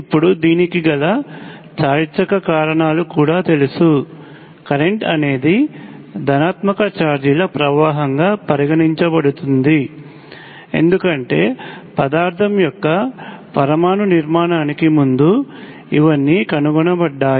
ఇప్పుడు దీనికి గల చారిత్రక కారణాలు కూడా తెలుసు కరెంట్ అనేది ధనాత్మక చార్జీల ప్రవాహంగా పరిగణించబడుతుంది ఎందుకంటే పదార్థం యొక్క పరమాణు నిర్మాణానికి ముందు ఇవన్నీ కనుగొనబడ్డాయి